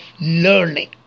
learning